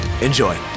Enjoy